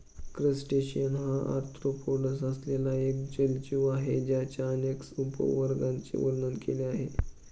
crustacean हा arthropods असलेला एक जलजीव आहे ज्याच्या अनेक उपवर्गांचे वर्णन केले आहे